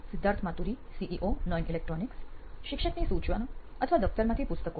Siddharth Maturi CEO નોઇન electronics શિક્ષકની સૂચના અથવા દફતરમાંથી પુસ્તકો